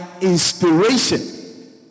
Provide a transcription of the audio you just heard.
inspiration